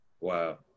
Wow